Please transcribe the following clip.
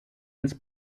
ins